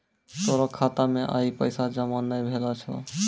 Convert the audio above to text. तोरो खाता मे आइ पैसा जमा नै भेलो छौं